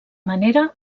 manera